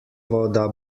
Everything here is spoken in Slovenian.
voda